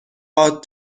are